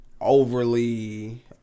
overly